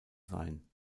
sein